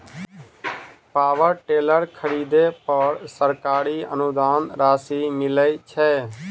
Power tiller खरीदे पर सरकारी अनुदान राशि मिलय छैय?